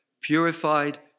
purified